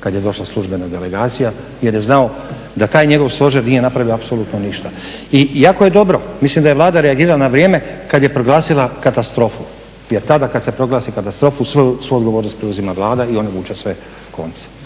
kad je došla službena delegacija jer je znao da taj njegov stožer nije napravio apsolutno ništa. I jako je dobro, mislim da je Vlada reagirala na vrijeme kad je proglasila katastrofu, jer tada kad se proglasi katastrofa svu odgovornost preuzima Vlada i ona vuče sve konce.